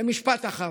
ומשפט אחרון: